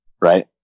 right